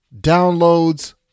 downloads